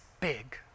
big